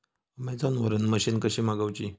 Amazon वरन machine कशी मागवची?